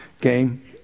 Game